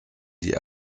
die